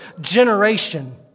generation